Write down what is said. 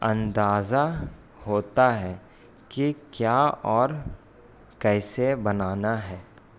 اندازہ ہوتا ہے کہ کیا اور کیسے بنانا ہے